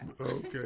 Okay